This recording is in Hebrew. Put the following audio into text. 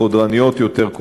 חודרניות יותר,